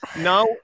Now